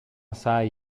sai